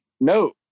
No